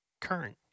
current